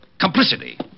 complicity